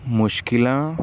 ਮੁਸ਼ਕਿਲਾਂ